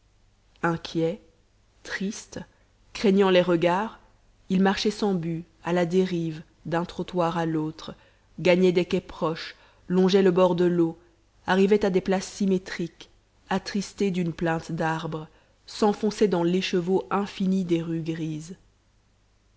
inquiet triste craignant les regards il marchait sans but à la dérive d'un trottoir à l'autre gagnait des quais proches longeait le bord de l'eau arrivait à des places symétriques attristées d'une plainte d'arbres s'enfonçait dans l'écheveau infini des rues grises